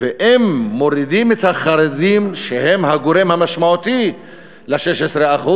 ואם מורידים את החרדים, שהם הגורם המשמעותי ל-16%,